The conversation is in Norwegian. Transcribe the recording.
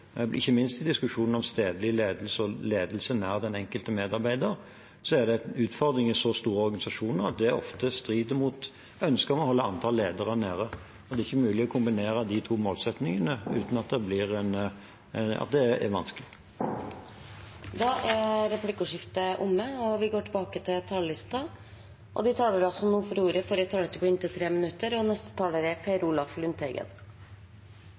Ikke minst i diskusjonen om stedlig ledelse og ledelse nær den enkelte medarbeider er det en utfordring i så store organisasjoner at det ofte strider mot ønsket om å holde antall ledere nede. Og det er ikke mulig å kombinere de to målsettingene uten at det blir vanskelig. Replikkordskiftet er omme. De talere som heretter får ordet, har en taletid på inntil 3 minutter. Velfungerende sjukehus som gir trygghet, er blant de viktigste institusjonene i vårt velferdssamfunn. Folkevalgte, som kan skiftes ut ved valg, må derfor styre sjukehusene. Det er